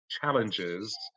challenges